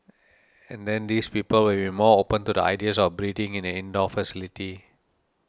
and then these people will be more open to the ideas of breeding in an indoor facility